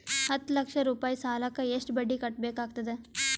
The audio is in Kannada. ಹತ್ತ ಲಕ್ಷ ರೂಪಾಯಿ ಸಾಲಕ್ಕ ಎಷ್ಟ ಬಡ್ಡಿ ಕಟ್ಟಬೇಕಾಗತದ?